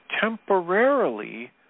temporarily